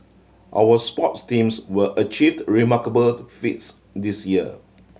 our sports teams were achieved remarkable feats this year